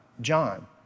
John